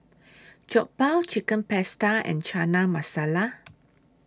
Jokbal Chicken Pasta and Chana Masala